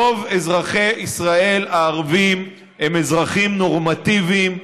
רוב האזרחים הערבים הם אזרחים נורמטיביים,